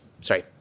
sorry